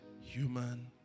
human